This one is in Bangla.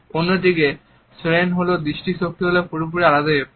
অন্যদিকে শ্যেন দৃষ্টি হল পুরোপুরি একটি আলাদা ব্যাপার